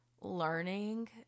learning